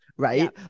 Right